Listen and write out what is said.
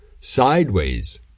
sideways